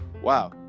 wow